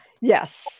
Yes